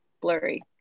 blurry